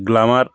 glamour